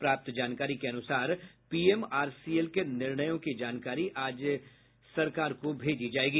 प्राप्त जानकारी के अनुसार पीएमआरसीएल के निर्णयों की जानकारी आज सरकार को भेजी जायेगी